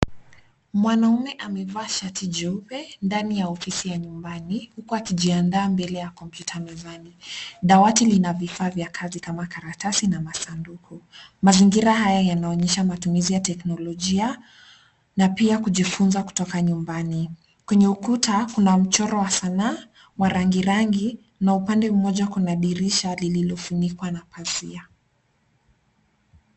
Mwanaume amevaa shati jeupe ndani ya ofisi ya nyumbani ,huku akijandaa mbele ya kompyuta mezani. Dawati ina vifaa vya kazi kama karatasi na masanduku. Mazingira haya yanonyesha matumizi ya teknolojia na pia kujifunza kutoka nyumbani. Kwenye ukuta kuna mchoro wa sana wa rangi rangi na upande mmoja kuna dirisha lililofunikwa na pazia.